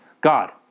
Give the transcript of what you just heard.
God